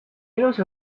ilus